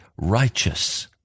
righteous